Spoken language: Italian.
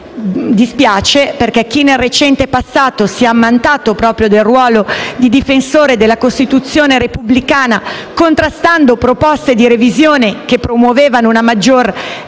Dispiace perché chi nel recente passato si è ammantato proprio del ruolo di difensore della Costituzione repubblicana, contrastando proposte di revisione che promuovevano una maggiore